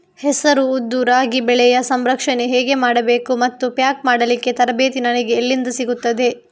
ಹೆಸರು, ಉದ್ದು, ರಾಗಿ ಬೆಳೆಯ ಸಂಸ್ಕರಣೆ ಹೇಗೆ ಮಾಡಬೇಕು ಮತ್ತು ಪ್ಯಾಕ್ ಮಾಡಲಿಕ್ಕೆ ತರಬೇತಿ ನನಗೆ ಎಲ್ಲಿಂದ ಸಿಗುತ್ತದೆ?